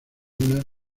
una